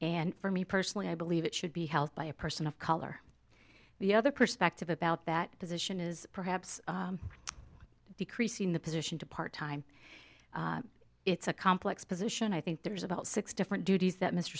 and for me personally i believe it should be held by a person of color the other perspective about that position is perhaps decreasing the position to part time it's a complex position i think there's about six different duties that mr